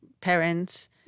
parents